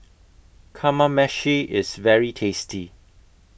Kamameshi IS very tasty